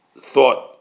thought